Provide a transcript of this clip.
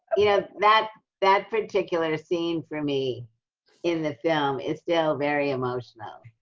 you know that that particular scene for me in the film is still very emotional.